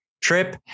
trip